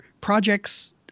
projects